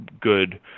good